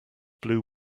blew